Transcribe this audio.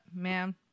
man